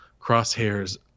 Crosshair's